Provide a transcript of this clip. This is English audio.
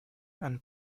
and